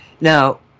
now